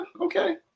okay